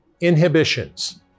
inhibitions